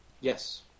Yes